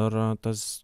ir tas